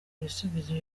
ibisubizo